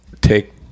take